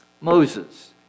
Moses